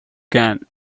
can